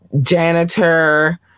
janitor